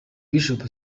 bishop